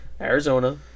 Arizona